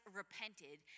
repented